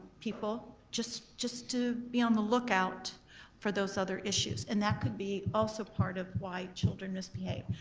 people just just to be on the lookout for those other issues. and that could be also part of why children misbehave.